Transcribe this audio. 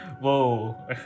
Whoa